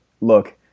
look